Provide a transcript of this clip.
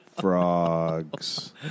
Frogs